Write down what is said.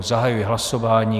Zahajuji hlasování.